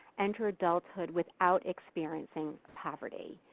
enter adulthood without experiencing poverty.